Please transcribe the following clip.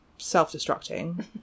Self-destructing